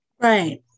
Right